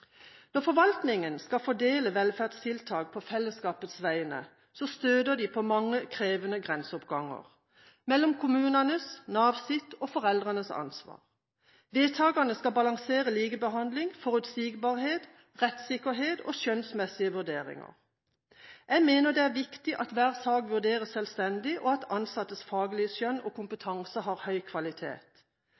Når forvaltningen skal fordele velferdstiltak på fellesskapets vegne, støter de på mange krevende grenseoppganger mellom kommunenes, Navs og foreldrenes ansvar. Vedtakene skal balansere likebehandling, forutsigbarhet, rettssikkerhet og skjønnsmessige vurderinger. Jeg mener det er viktig at hver sak vurderes selvstendig, og at ansattes faglige skjønn og kompetanse har høy kvalitet.